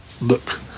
look